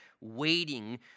waiting